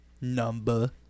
number